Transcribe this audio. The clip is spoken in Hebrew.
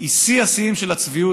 היא שיא השיאים של הצביעות.